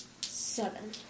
seven